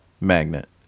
Magnet